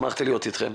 שמחתי להיות איתכם.